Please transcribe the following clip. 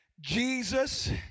Jesus